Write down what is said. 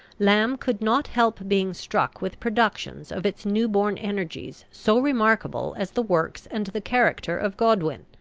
lamb could not help being struck with productions of its newborn energies so remarkable as the works and the character of godwin.